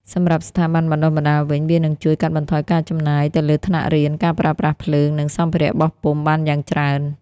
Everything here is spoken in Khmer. សម្រាប់ស្ថាប័នបណ្តុះបណ្តាលវិញ វានឹងជួយ កាត់បន្ថយការចំណាយ ទៅលើថ្នាក់រៀន ការប្រើប្រាស់ភ្លើង និងសម្ភារបោះពុម្ពបានយ៉ាងច្រើន។